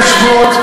לחטיבה להתיישבות,